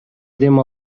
дем